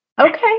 Okay